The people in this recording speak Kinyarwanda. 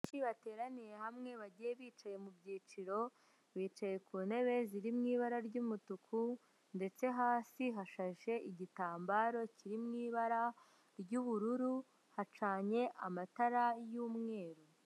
Abantu benshi bateraniye hamwe bagiye bicaye mu byiciro, bicaye ku ntebe ziri mu ibara ry'umutuku ndetse hasi hashaje igitambaro kiri mu ibara ry'ubururu hacanye amatara y'umweru.